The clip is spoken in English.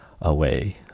away